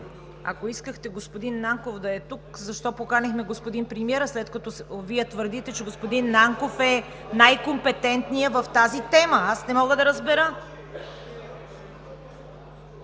Ако искахте господин Нанков да е тук, защо поканихме господин премиера, след като Вие твърдите, че господин Нанков е най-компетентният в тази тема? Аз не мога да разбера.